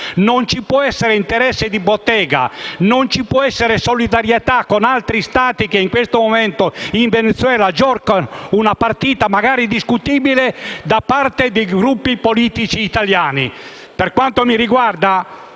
non ci può essere interesse di bottega, non ci può essere solidarietà con altri Stati che in questo momento in Venezuela giocano una partita magari discutibile da parte di Gruppi politici italiani. Per quanto mi riguarda,